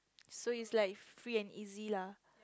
so is like free and easy lah